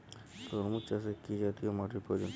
তরমুজ চাষে কি জাতীয় মাটির প্রয়োজন?